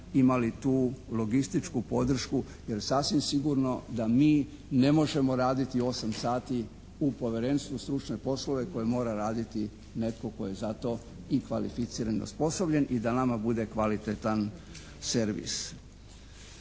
imali tu logističku podršku jer sasvim sigurno da mi ne možemo raditi 8 sati u povjerenstvu stručne poslove koje mora raditi netko tko je za to i kvalificiran i osposobljen i da nama bude kvalitetan servis.